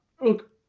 Look